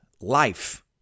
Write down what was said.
life